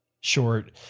short